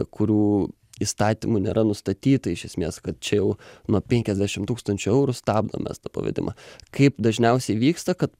kurių įstatymų nėra nustatyta iš esmės kad čia jau nuo penkiasdešimt tūkstančių eurų stabdom mes tą pavedimą kaip dažniausiai vyksta kad